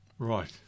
Right